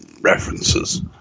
references